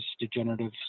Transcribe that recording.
degenerative